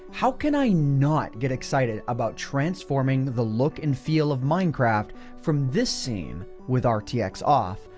how can i not get excited about transforming the look and feel of minecraft from this scene with um rtx off,